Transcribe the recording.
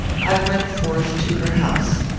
i went forth to her house.